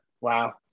Wow